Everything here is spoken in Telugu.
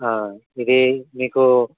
ఇదీ మీకు